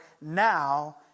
now